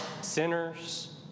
sinners